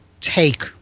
take